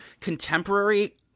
contemporary